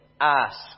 ask